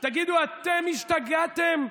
תגידו, אתם השתגעתם?"